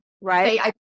Right